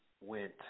went